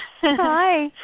Hi